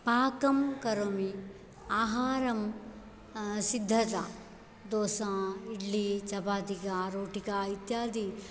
पाकं करोमि आहारं सिद्धता दोसा इड्लि चपातिका रोटिका इत्यादि